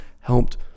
helped